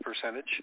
percentage